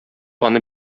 аны